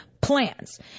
plans